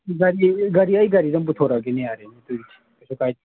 ꯒꯥꯔꯤ ꯒꯥꯔꯤ ꯑꯩ ꯒꯥꯔꯤꯗꯣ ꯄꯨꯊꯣꯔꯛꯑꯒꯦꯅꯦ ꯌꯥꯔꯦꯅꯦ ꯀꯩꯁꯨ ꯀꯥꯏꯗꯦ